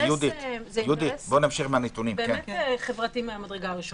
אינטרס חברתי מהמדרגה הראשונה.